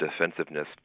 defensiveness